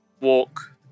walk